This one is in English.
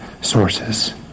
sources